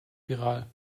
viral